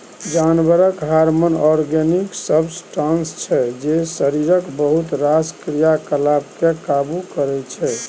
जानबरक hormone organic substance छै जे शरीरक बहुत रास क्रियाकलाप केँ काबु करय छै